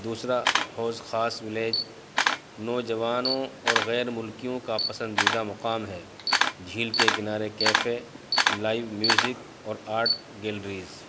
دوسرا حوض خاص ولیج نوجوانوں اور غیر ملکیوں کا پسندیدہ مقام ہے جھیل کے کنارے کیفے لائیو میوزک اور آرٹ گیلریز